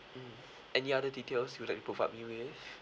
mm any other details you'd like to provide me with